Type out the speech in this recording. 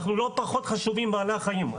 אנחנו לא פחות חשובים מבעלי החיים.